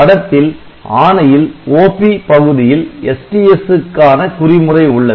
படத்தில் ஆணையில் 'OP' பகுதியில் STS க்கான குறிமுறை உள்ளது